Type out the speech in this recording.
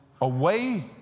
away